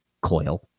coil